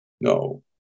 No